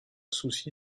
souci